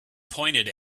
pointed